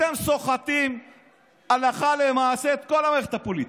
אתם סוחטים הלכה למעשה את כל המערכת הפוליטית,